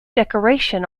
decoration